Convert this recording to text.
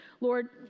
Lord